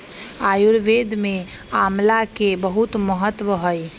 आयुर्वेद में आमला के बहुत महत्व हई